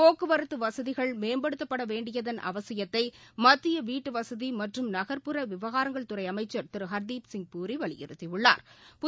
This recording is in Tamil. போக்குவரத்துவசதிகள் மேம்படுத்தப்படவேண்டியதள் அவசியத்தைமத்தியவீட்டுவசதிமற்றும் நக்புற விவகாரங்கள் துறைஅமைச்சா் திருஹா்தீப் பூரிவலியுறுத்தியுள்ளாா்